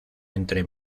entre